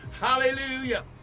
Hallelujah